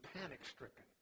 panic-stricken